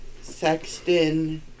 Sexton